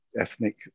ethnic